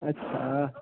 अच्छा